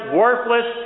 worthless